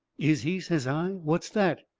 is he, says i, what's that?